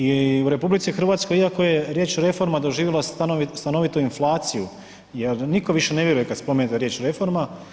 I u RH iako je riječ reforma doživjela stanovitu inflaciju jer nitko više ne vjeruje kada spomenete riječ reforma.